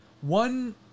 one